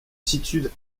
situe